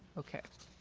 okay.